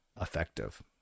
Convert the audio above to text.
effective